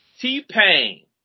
T-Pain